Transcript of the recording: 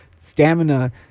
stamina